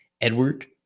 Edward